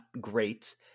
great